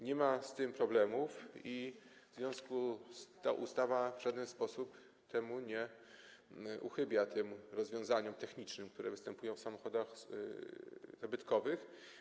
Nie ma z tym problemów i w związku z tym ta ustawa w żaden sposób temu nie uchybia, tym rozwiązaniom technicznym, które występują w samochodach zabytkowych.